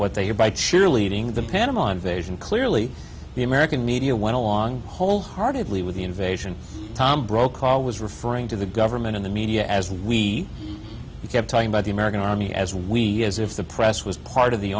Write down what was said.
what they are by cheerleading the panama invasion clearly the american media went along wholeheartedly with the invasion tom brokaw was referring to the government in the media as we kept talking about the american army as we as if the press was part of the